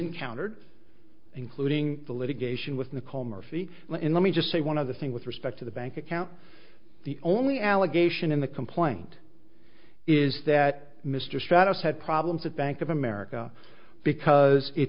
encountered including the litigation with nicole murphy in let me just say one other thing with respect to the bank account the only allegation in the complaint is that mr stratos had problems at bank of america because it